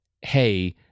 hey—